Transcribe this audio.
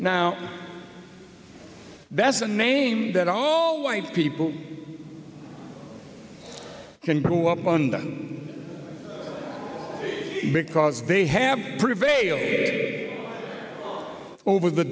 now that's a name that all white people can blow up on them because they have prevailed over the